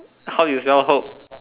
how you spell hook